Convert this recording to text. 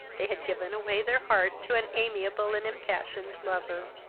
they had given away their heart to an amiable and impassioned lover.